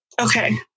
Okay